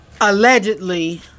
Allegedly